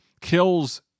kills